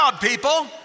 people